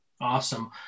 Awesome